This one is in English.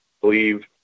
believe